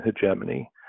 hegemony